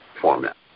format